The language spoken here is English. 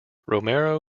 romero